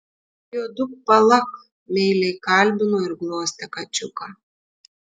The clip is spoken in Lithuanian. juoduk palak meiliai kalbino ir glostė kačiuką